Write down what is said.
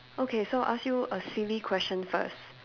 okay so I ask you a silly question first